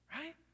right